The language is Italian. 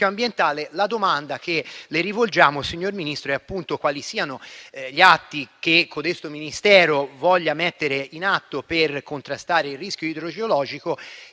ambientale. La domanda che le rivolgiamo, signor Ministro, è appunto quali siano gli atti che codesto Ministero intende mettere in atto per contrastare il rischio idrogeologico,